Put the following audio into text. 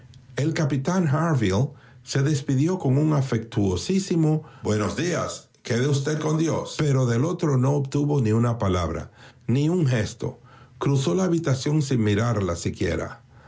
el capitán harville se despidió con un afectuosísimo buenos días quede usted con dios pero del otro no obtuvo ni una palabra ni un gesto cruzó la habitación sin mirarla siquiera